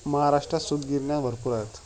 महाराष्ट्रात सूतगिरण्या भरपूर आहेत